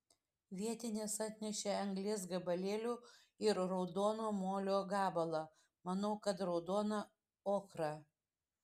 vietinės atnešė anglies gabalėlių ir raudono molio gabalą manau kad raudoną ochrą